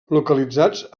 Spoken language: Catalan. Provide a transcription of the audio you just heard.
localitzats